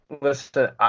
listen